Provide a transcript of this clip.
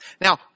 Now